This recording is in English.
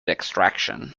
extraction